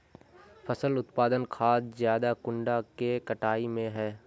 फसल उत्पादन खाद ज्यादा कुंडा के कटाई में है?